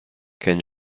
can